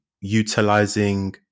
utilizing